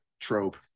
trope